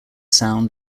sound